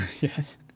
yes